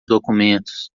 documentos